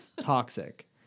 toxic